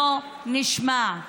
לא נשמע.